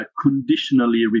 conditionally